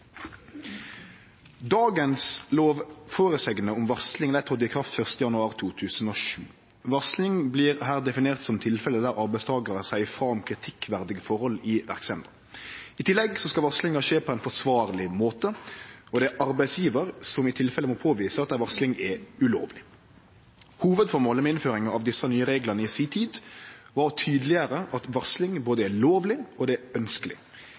Dagens lovføresegner om varsling tredde i kraft 1. januar 2007. Varsling blir her definert som tilfelle der arbeidstakarar seier ifrå om kritikkverdige forhold i verksemda. I tillegg skal varslinga skje på ein forsvarleg måte, og det er arbeidsgjevar som i tilfelle må påvise at ei varsling er ulovleg. Hovudføremålet med innføringa av desse nye reglane i si tid var å tydeleggjere at varsling er både lovleg og ønskeleg. I tillegg viste praksis at det